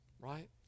right